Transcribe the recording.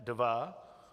Dva?